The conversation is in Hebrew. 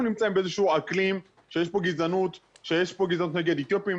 אנחנו נמצאים באיזה שהוא אקלים שיש פה גזענות נגד אתיופים,